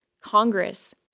Congress